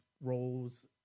roles